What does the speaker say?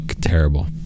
terrible